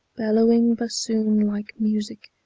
bellowing bassoon-like music.